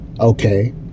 Okay